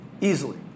easily